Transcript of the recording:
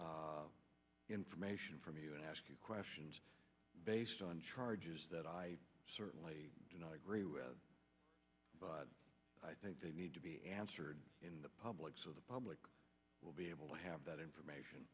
pursuing information from you and ask you questions based on charges that i certainly do not agree with but i think they need to be answered in the public so the public will be able to have that information